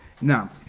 Now